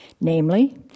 Namely